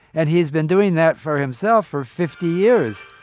and he's been doing that for himself for fifty years.